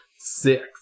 Six